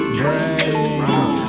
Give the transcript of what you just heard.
brains